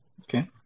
Okay